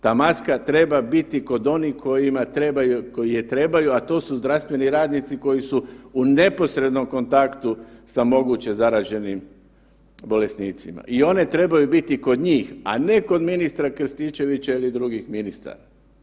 Ta maska treba biti kod onih kojima trebaju, koji je trebaju, a to su zdravstveni radnici koji su u neposrednom kontaktu sa moguće zaraženim bolesnicima i one trebaju biti kod njih, a ne kod ministra Krstičevića ili drugih ministara.